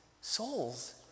souls